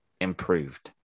improved